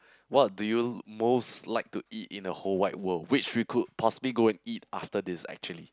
what do you most like to eat in a whole wide world which we could possibly go and eat after this actually